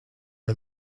are